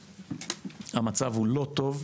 במצב לא טוב.